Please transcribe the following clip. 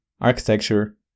architecture